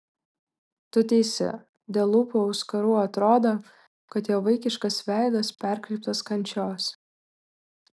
tu teisi dėl lūpų auskarų atrodo kad jo vaikiškas veidas perkreiptas kančios